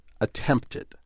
Attempted